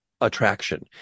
attraction